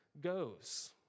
goes